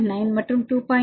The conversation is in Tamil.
9 மற்றும் 2